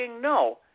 No